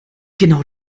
genau